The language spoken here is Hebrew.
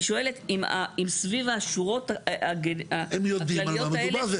אני שואלת אם סביב השורות הכלליות האלה --- הם יודעים על מה מדובר.